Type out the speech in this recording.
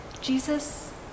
Jesus